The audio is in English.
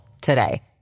today